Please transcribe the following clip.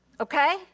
Okay